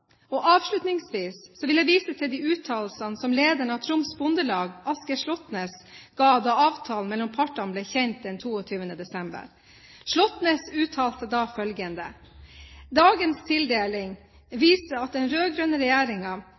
Avslutningsvis vil jeg vise til uttalelsen lederen av Troms Bondelag, Asgeir Slåttnes, ga da avtalen mellom partene ble kjent den 22. desember. Slåttnes uttalte da følgende: «Dagens tildeling viser at den